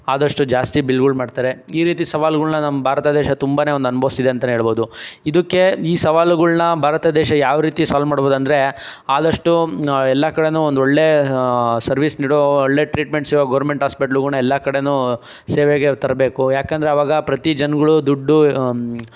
ಆದಷ್ಟು ಜಾಸ್ತಿ ಬಿಲ್ಗಳು ಮಾಡ್ತಾರೆ ಈ ರೀತಿ ಸವಾಲುಗಳನ್ನು ನಮ್ಮ ಭಾರತ ದೇಶ ತುಂಬನೇ ಒಂದು ಅನುಭವಿಸಿದೆ ಅಂತಲೇ ಹೇಳ್ಬೋದು ಇದಕ್ಕೆ ಈ ಸವಾಲುಗಳನ್ನ ಭಾರತ ದೇಶ ಯಾವ ರೀತಿ ಸಾಲ್ವ್ ಮಾಡ್ಬೋದು ಅಂದರೆ ಆದಷ್ಟು ಎಲ್ಲ ಕಡೆಯೂ ಒಂದೊಳ್ಳೆ ಸರ್ವಿಸ್ ನೀಡೋ ಒಳ್ಳೆ ಟ್ರೀಟ್ಮೆಂಟ್ ಸಿಗೋ ಗವರ್ಮೆಂಟ್ ಹಾಸ್ಪಿಟ್ಲುಗೂ ಎಲ್ಲ ಕಡೆನೂ ಸೇವೆಗೆ ತರಬೇಕು ಏಕೆಂದ್ರೆ ಆವಾಗ ಪ್ರತಿ ಜನಗಳು ದುಡ್ಡು